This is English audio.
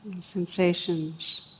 sensations